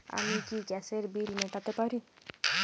আমি কি গ্যাসের বিল মেটাতে পারি?